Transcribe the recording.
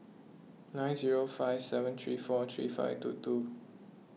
nine zero five seven three four three five two two